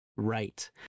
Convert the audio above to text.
right